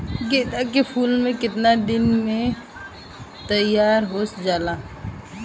गेंदा के फूल केतना दिन में तइयार हो जाला?